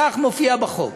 כך מופיע בחוק.